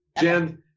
Jen